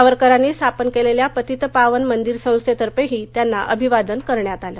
सावरकरांनी स्थापन केलेल्या पतितपावन मंदिर संस्थेतर्फेही त्यांना अभिवादन करण्यात आलं